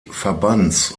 verbands